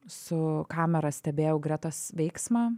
su kamera stebėjau gretas veiksmą